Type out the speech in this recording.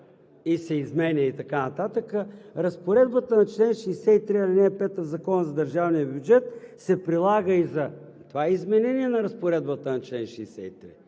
и се изменя…“ и така нататък... Разпоредбата на чл. 63, ал. 5 от Закона за държавния бюджет се прилага и за това изменение на разпоредбата на чл. 63,